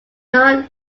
not